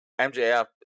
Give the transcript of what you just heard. MJF